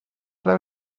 ble